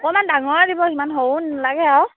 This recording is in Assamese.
অকণমান ডাঙৰ দিব ইমান সৰুও নালাগে আৰু